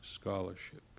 scholarship